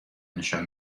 نشان